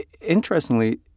interestingly